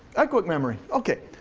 echoic memory. okay,